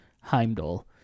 Heimdall